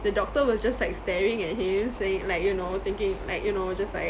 the doctor was just like staring at him sayin~ like you know thinking like you know just like